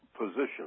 position